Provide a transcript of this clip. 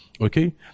okay